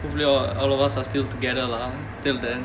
hopefully all all of us are still together lah !huh! till then